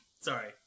Sorry